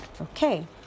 okay